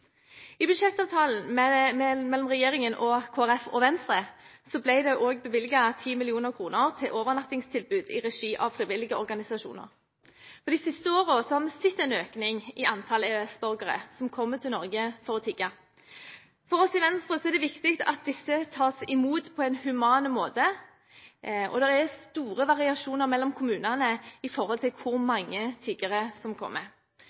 I budsjettavtalen mellom regjeringen, Kristelig Folkeparti og Venstre ble det også bevilget 10 mill. kr til overnattingstilbud i regi av frivillige organisasjoner. De siste årene har vi sett en økning i antall EØS-borgere som kommer til Norge for å tigge. For oss i Venstre er det viktig at disse tas imot på en human måte, og det er store variasjoner mellom kommunene med hensyn til hvor mange tiggere som kommer.